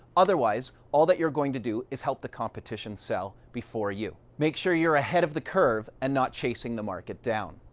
otherwise, all that you're going to do is help the competition. sell before you make sure you're ahead of the curve and not chasing the market down.